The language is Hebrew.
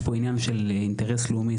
יש פה עניין של אינטרס לאומי,